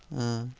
ٲں